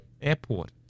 Airport